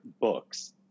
books